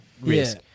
risk